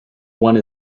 one